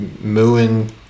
mooing